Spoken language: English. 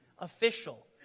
official